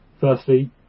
firstly